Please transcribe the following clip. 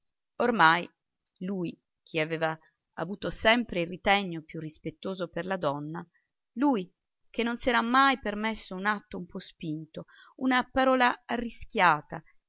ormai lui che aveva avuto sempre il ritegno più rispettoso per la donna lui che non s'era mai permesso un atto un po spinto una parola arrischiata